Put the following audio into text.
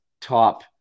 top